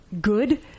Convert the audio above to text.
good